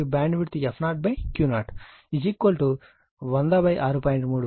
3 16 hertz